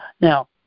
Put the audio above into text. Now